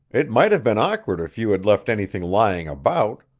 it might have been awkward if you had left anything lying about.